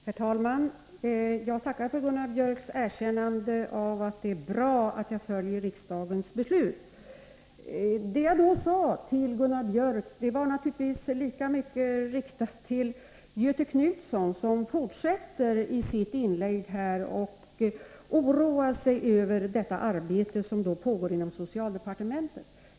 Herr talman! Jag tackar för Gunnar Biörcks i Värmdö erkännande att det är bra att jag följer riksdagens beslut. Det jag sade till Gunnar Biörck i Värmdö var naturligtvis lika mycket riktat till Göthe Knutson, som oroar sig över det arbete som pågår inom socialdepartementet.